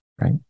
right